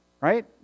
Right